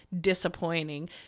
disappointing